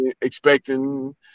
expecting